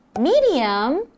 medium